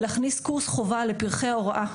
להכניס קורס חובה לפרחי ההוראה,